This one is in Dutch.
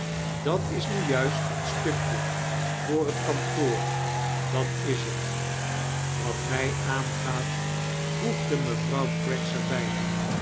dat is nu juist een stukje voor het kantoor dat is t wat mij aangaat vtoegdte mevroiuw craggs er bij